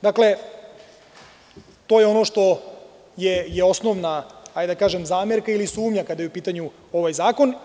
Dakle, to je ono što je i osnovna, hajde da kažem, zamerka ili sumnja, kada je u pitanju ovaj zakon.